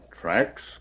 tracks